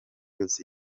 yose